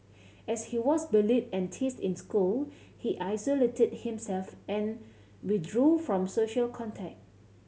as he was bullied and teased in school he isolated himself and withdrew from social contact